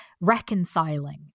reconciling